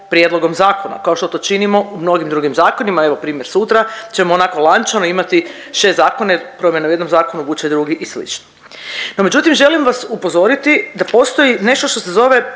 prijedlogom zakona, kao što to činimo u mnogim drugim zakonima, evo primjer sutra ćemo onako lančano imati 6 zakona jer promjena u jednom zakonu vuče drugi i slično. No međutim želim vas upozoriti da postoji nešto što se zove